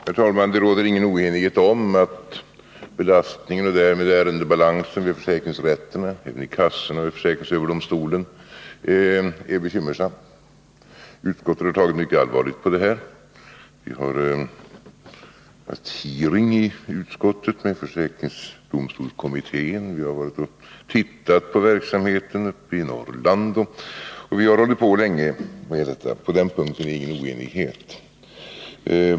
Herr talman! Det råder ingen oenighet om att belastningen och därmed ärendebalanserna vid försäkringsrätterna, och även i kassorna och i försäkringsöverdomstolen, är bekymmersamma. Utskottet har tagit mycket allvarligt på detta. Vi har haft hearing i utskottet med försäkringsdomstolskommittén, vi har varit och tittat på verksamheten uppe i Norrland och vi har hållit på länge med detta. På den punkten råder således ingen oenighet.